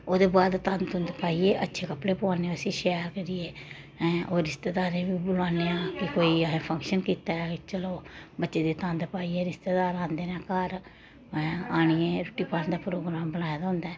ओह्दे बाद तंद तुंंद पाइयै अच्छे कपड़े पोआने उसी शैल करियै ऐं ओह् रिश्तेदारें बी बुलाआने आं कि कोई असें फंक्शन कीता चलो बच्चे दे तंद पाइयै रिश्तेदार आंदे न घर आनियै रुट्टी पानी दा प्रोग्राम बनाए दा होंदा ऐ